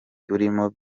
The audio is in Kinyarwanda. urimo